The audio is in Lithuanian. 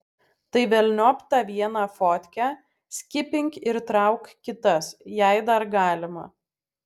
tai velniop tą vieną fotkę skipink ir trauk kitas jei dar galima